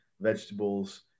vegetables